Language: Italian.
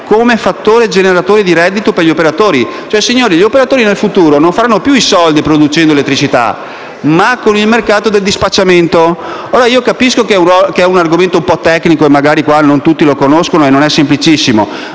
come fattore generatore di reddito per gli operatori. Voglio dire che nel futuro gli operatori non faranno più i soldi producendo elettricità, ma con il mercato del dispacciamento. Ora, capisco che sia un argomento un po' tecnico, che, magari, qui non tutti lo conoscono e che non è semplicissimo,